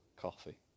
coffee